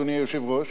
אדוני היושב-ראש,